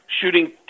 shooting